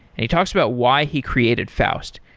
and he talks about why he created faust.